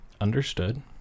Understood